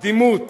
קדימות